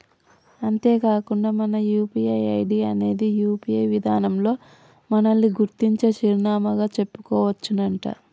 అంతేకాకుండా మన UPI ID అనేది యూ.పీ.ఐ విధానంలో మనల్ని గుర్తించే చిరునామాగా చెప్పుకోవచ్చునంట